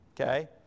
Okay